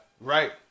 Right